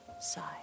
side